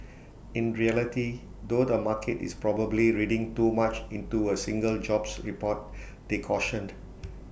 in reality though the market is probably reading too much into A single jobs report they cautioned